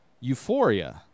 Euphoria